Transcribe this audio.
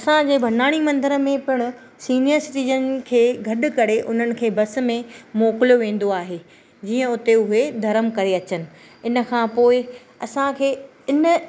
असांजे भंडाणी मंदर में पिणु सीनियर सिटिज़न खे गॾु करे हुननि खे बस में मोकिलियो वेंदो आहे जीअं उते उहे घर्म करे अचनि इनखां पोइ असांखे इन